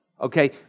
Okay